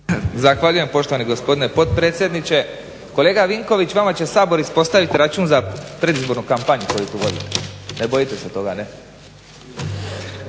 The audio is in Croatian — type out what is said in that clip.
Zahvaljujem poštovani gospodine potpredsjedniče. Kolega Vinković vama će Sabor ispostaviti račun za predizbornu kampanju koju vodite, ne bojite se toga. Ne.